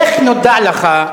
איך נודע לך,